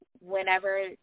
whenever